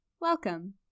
Welcome